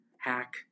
hack